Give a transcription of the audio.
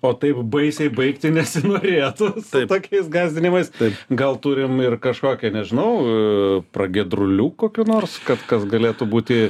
o taip baisiai baigti nesinorėtų tokiais gąsdinimais gal turim ir kažkokią nežinau pragiedrulių kokių nors kad kas galėtų būti